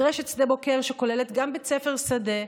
מדרשת שדה בוקר, שכוללת גם בית ספר שדה,